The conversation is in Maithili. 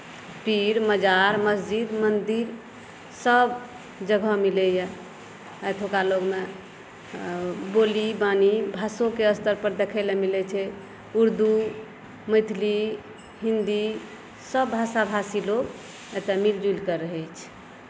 पीर मजार मसजिद मन्दिर सबजगह मिलैए एतौका लोकमे बोली वाणी भाषोके स्तरपर देखैलए मिलै छै उर्दू मैथिली हिन्दीसब भाषाभाषी लोक एतऽ मिलिजुलिकऽ रहै छै